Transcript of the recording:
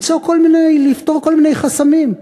לפתור כל מיני חסמים.